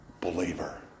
believer